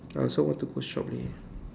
I also want to go shop leh